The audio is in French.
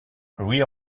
louis